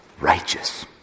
righteous